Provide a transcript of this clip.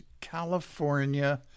California